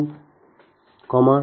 5 0